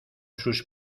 sus